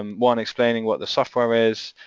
um one explaining what the software is,